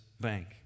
bank